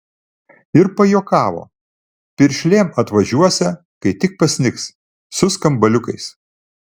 ir pajuokavo piršlėm atvažiuosią kai tik pasnigs su skambaliukais